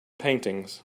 paintings